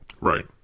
Right